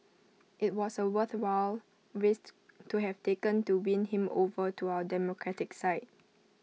IT was A worthwhile risk to have taken to win him over to our democratic side